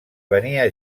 venia